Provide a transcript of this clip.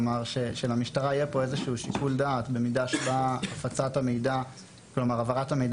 אנחנו מעוניינים שלמשטרה יהיה איזשהו שיקול דעת במידה שהעברת המידע